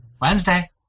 Wednesday